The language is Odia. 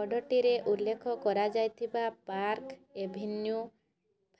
ଅର୍ଡ଼ର୍ଟିରେ ଉଲ୍ଲେଖ କରାଯାଇଥିବା ପାର୍କ୍ ଏଭିନ୍ୟୁ